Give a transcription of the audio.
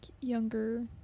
younger